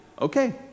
Okay